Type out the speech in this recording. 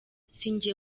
sinjye